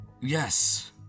Yes